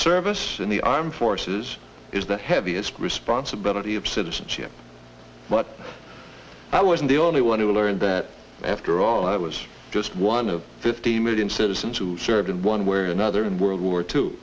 service in the armed forces is the heaviest responsibility of citizenship but i wasn't the only one to learn that after all i was just one of fifty million citizens who served in one way or another in world war two